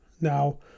Now